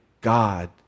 God